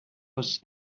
was